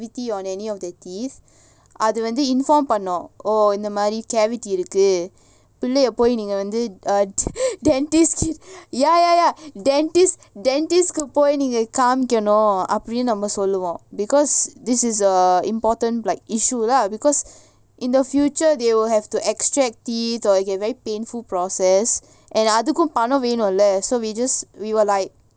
on any of their teeth அதுவந்து:adhu vandhu inform பண்ணனும்:pannanum dentist ya ya ya dentist பொய்இதைநீங்ககாமிக்கணும்அப்டினுசொல்வோம்:poi idha nenga kamikanum apdinu solvom because this is a important like issue lah because in the future they will have to extract teeth it will be a very painful process and அதுக்கும்பணம்வேணும்ல:adhukum panbam venumla so we just we were like